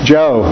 Joe